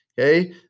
okay